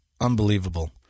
unbelievable